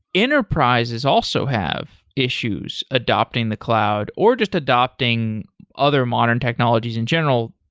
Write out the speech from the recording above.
enterprises also have issues adopting the cloud or just adopting other modern technologies in general.